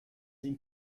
این